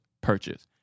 purchase